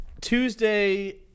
Tuesday